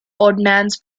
ordnance